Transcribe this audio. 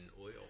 oil